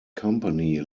company